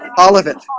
and all of it